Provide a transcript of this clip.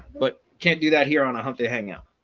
but can't do that here on hump day. hang out.